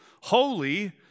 holy